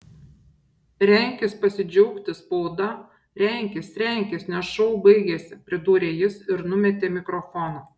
renkis pasidžiaugti spauda renkis renkis nes šou baigėsi pridūrė jis ir numetė mikrofoną